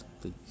please